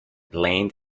land